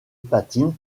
patine